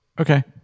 okay